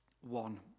one